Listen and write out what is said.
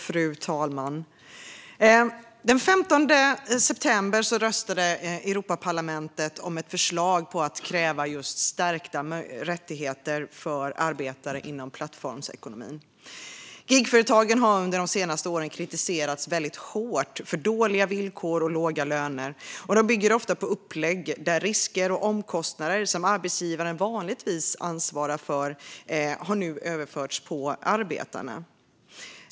Fru talman! Den 15 september röstade Europaparlamentet om ett förslag på att kräva stärkta rättigheter för arbetare inom plattformsekonomin. Gigföretagen har under de senaste åren kritiserats hårt för dåliga villkor och låga löner, och de bygger ofta på upplägg där risker och omkostnader som arbetsgivaren vanligtvis ansvarar för överförs på arbetarna.